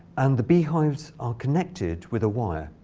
and the bee hives are connected with a wire.